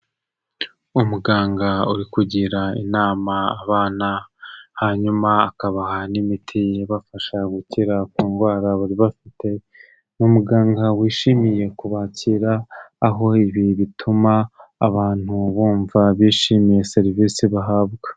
Umuganga uri kugira inama abana, hanyuma akabaha n'imiti ibafasha gukira ku ndwara bari bafite, ni muganga wishimiye kubakira, aho ibi bituma abantu bumva bishimiye serivisi bahabwa.